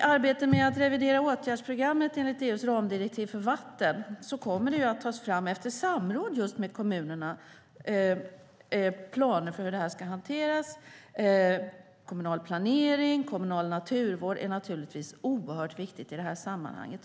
I arbetet med att revidera åtgärdsprogrammet enligt EU:s ramdirektiv för vatten kommer det att efter samråd med kommunerna tas fram planer för hur det ska hanteras. Kommunal planering och kommunal naturvård är naturligtvis oerhört viktigt i det sammanhanget.